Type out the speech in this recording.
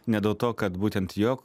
ne dėl to kad būtent jo